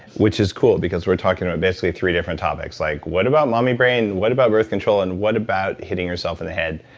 which is cool, because we're talking about basically three different topics. like what about mommy brain? what about birth control? and what about hitting yourself in the head?